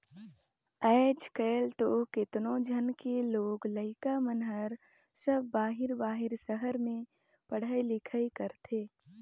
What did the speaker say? आयज कायल तो केतनो झन के लोग लइका मन हर सब बाहिर बाहिर सहर में पढ़ई लिखई करथे